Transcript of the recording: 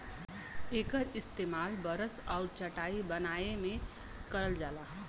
एकर इस्तेमाल बरस आउर चटाई बनाए में करल जाला